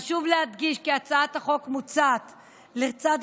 חשוב להדגיש כי הצעות החוק מוצעות לצד